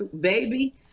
baby